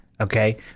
Okay